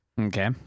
okay